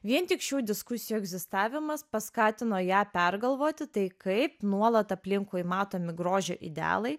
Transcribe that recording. vien tik šių diskusijų egzistavimas paskatino ją pergalvoti tai kaip nuolat aplinkui matomi grožio idealai